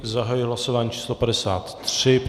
Zahajuji hlasování číslo 53.